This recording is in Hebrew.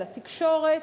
על התקשורת.